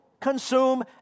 consume